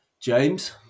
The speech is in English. James